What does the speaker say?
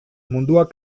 munduak